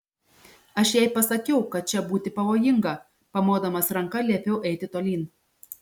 aš jai pasakiau kad čia būti pavojinga pamodamas ranka liepiau eiti tolyn